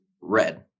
red